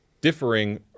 differing